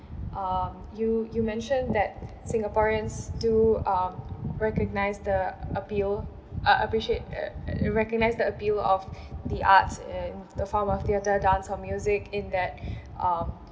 um you you mentioned that singaporeans do um recognise the appeal a~ a~ appreciate uh uh recognise the appeal of the arts and the form of theatre dance or music in that um